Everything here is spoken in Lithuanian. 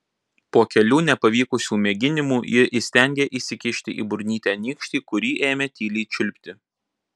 po kelių nepavykusių mėginimų ji įstengė įsikišti į burnytę nykštį kurį ėmė tyliai čiulpti